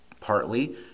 partly